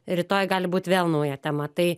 rytoj gali būti vėl nauja tema tai